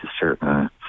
certain